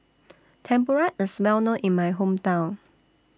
Tempura IS Well known in My Hometown